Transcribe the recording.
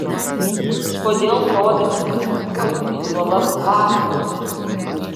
kodėl drovimės pasipuošti juolab vasarą